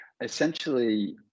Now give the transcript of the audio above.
essentially